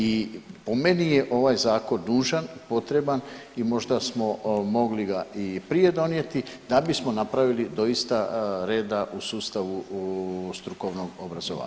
I po meni je ovaj zakon nužan, potreban i možda smo mogli ga i prije donijeti da bismo napravili doista reda u sustavu strukovnog obrazovanja.